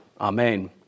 Amen